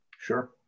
Sure